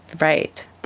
right